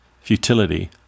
futility